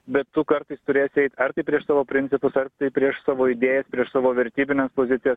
bet tu kartais turėsi eit ar tai prieš savo principus ar tai prieš savo idėjas prieš savo vertybines pozicijas